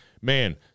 man –